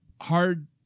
hard